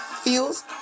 feels